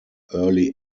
early